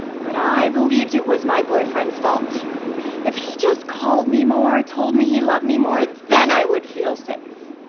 but i believed it was my boyfriend's fault if he just called me more, told me he loved me more, then i would feel safe.